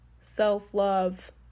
self-love